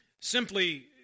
simply